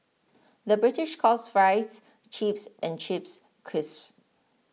the British calls Fries Chips and Chips Crisps